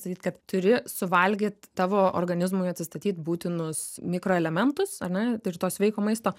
sakyt kad turi suvalgyt tavo organizmui atsistatyt būtinus mikroelementus ar ne ir to sveiko maisto